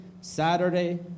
Saturday